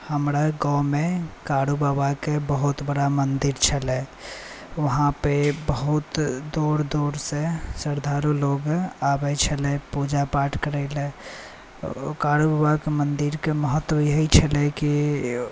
हमरा गाँवमे कारू बाबाके बहुत बड़ा मन्दिर छलै वहाँ पे बहुत दूर दूरसँ श्रद्धालु लोक आबैत छलै पूजा पाठ करय लए कारू बाबाके मन्दिरके महत्त्व इएह छलै कि